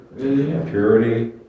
Purity